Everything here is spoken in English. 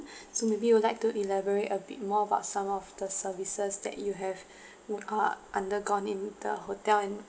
so maybe you would like to elaborate a bit more about some of the services that you have who are undergone in the hotel and